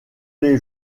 les